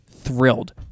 thrilled